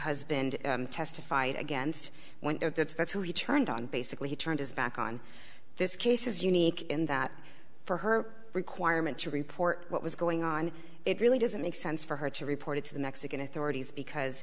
husband testified against when that's who he turned on basically turned his back on this case is unique in that for her requirement to report what was going on it really doesn't make sense for her to report it to the mexican authorities because